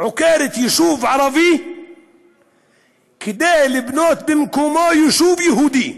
ועוקרת יישוב ערבי כדי לבנות במקומו יישוב יהודי,